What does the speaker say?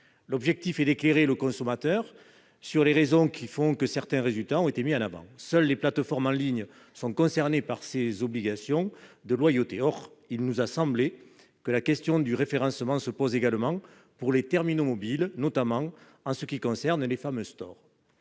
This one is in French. mesure est d'éclairer le consommateur sur les raisons pour lesquelles certains résultats ont été mis en avant. Seules les plateformes en ligne sont concernées par cette obligation de loyauté, mais il nous a semblé que la question du référencement se pose également pour les terminaux mobiles, notamment les fameux « stores